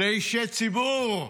לאישי ציבור,